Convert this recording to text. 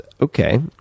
okay